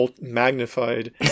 magnified